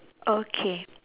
okay